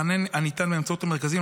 המענה ניתן באמצעות המרכזים,